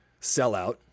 sellout